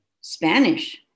Spanish